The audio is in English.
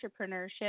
entrepreneurship